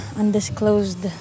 undisclosed